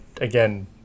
again